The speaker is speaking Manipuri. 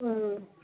ꯎꯝ